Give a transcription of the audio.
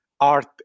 art